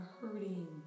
hurting